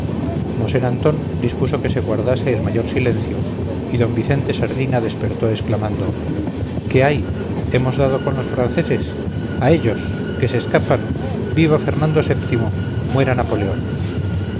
mosén antón dispuso que se guardase el mayor silencio y d vicente sardina despertó exclamando qué hay hemos dado con los franceses a ellos que se escapan viva fernando vii muera